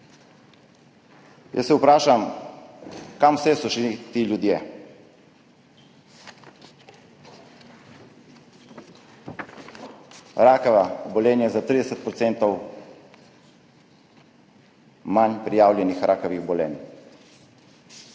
Jaz se vprašam, kam vse so šli ti ljudje. Rakava obolenja, za 30 % manj prijavljenih rakavih obolenj.